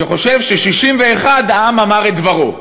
שחושב ש-61, העם אמר את דברו.